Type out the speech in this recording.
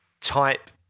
type